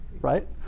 right